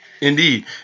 Indeed